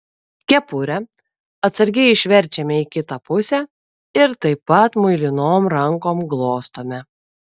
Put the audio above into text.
kepurę atsargiai išverčiame į kitą pusę ir taip pat muilinom rankom glostome